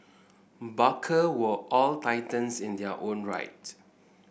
barker were all titans in their own right